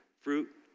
fruit